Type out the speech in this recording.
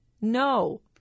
no